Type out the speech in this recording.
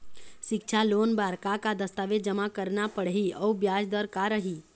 सिक्छा लोन बार का का दस्तावेज जमा करना पढ़ही अउ ब्याज दर का रही?